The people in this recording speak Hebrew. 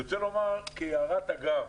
אני רוצה לומר כהערת אגב.